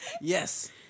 Yes